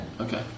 Okay